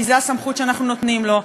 כי זאת הסמכות שאנחנו נותנים לו,